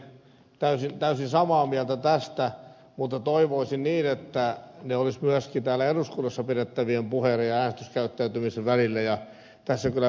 olen täysin samaa mieltä tästä mutta toivoisin niin että yhteneväisyyttä olisi myöskin täällä eduskunnassa pidettävien puheiden ja äänestyskäyttäytymisen välillä ja tässä kyllä viittaan ed